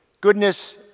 goodness